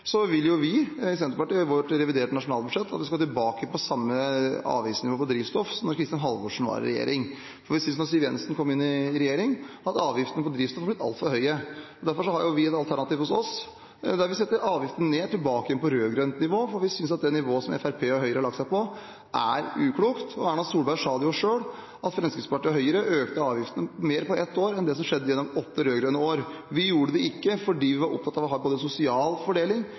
vil vi i Senterpartiet i vårt reviderte nasjonalbudsjett at vi skal tilbake til det samme avgiftsnivået på drivstoff som da Kristin Halvorsen var i regjering. Det er etter at Siv Jensen kom inn i regjering, at avgiftene på drivstoff er blitt altfor høye. Derfor har vi et alternativ der vi setter avgiften ned og tilbake på rød-grønt nivå, for vi synes at det nivået som Fremskrittspartiet og Høyre har lagt seg på, er uklokt. Erna Solberg sa sjøl at Fremskrittspartiet og Høyre økte avgiftene mer på ett år enn det som skjedde gjennom åtte rød-grønne år. Vi gjorde det ikke, fordi vi var opptatt av både sosial fordeling